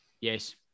Yes